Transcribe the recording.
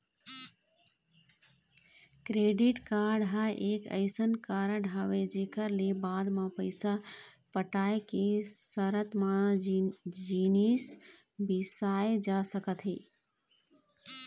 credit card ह एक अइसन कारड हरय जेखर ले बाद म पइसा पटाय के सरत म जिनिस बिसाए जा सकत हे